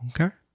okay